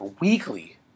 weekly